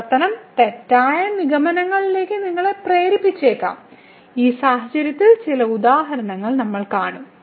പരിവർത്തനം തെറ്റായ നിഗമനത്തിലേക്ക് നമ്മളെ പ്രേരിപ്പിച്ചേക്കാം ഈ സാഹചര്യത്തിൽ ചില ഉദാഹരണങ്ങൾ നമ്മൾ കാണും